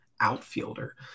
outfielder